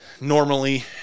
Normally